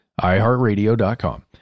iheartradio.com